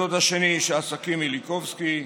בן הדוד השני, איש העסקים מיליקובסקי,